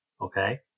Okay